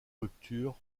ruptures